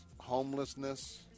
homelessness